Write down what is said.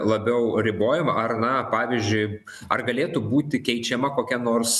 labiau ribojama ar na pavyzdžiui ar galėtų būti keičiama kokia nors